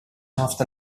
after